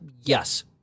Yes